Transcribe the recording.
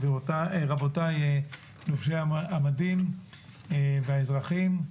רבותיי לובשי המדים והאזרחים,